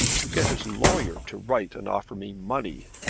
to get his lawyer to write and offer me money!